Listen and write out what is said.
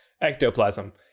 ectoplasm